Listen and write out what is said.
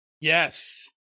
Yes